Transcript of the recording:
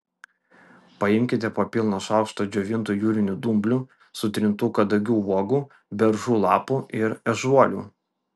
paimkite po pilną šaukštą džiovintų jūrinių dumblių sutrintų kadagių uogų beržų lapų ir ežiuolių